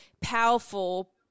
powerful